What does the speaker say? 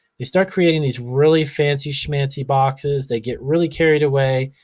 they start creating these really fancy, smancy boxes. they get really carried away.